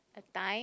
a time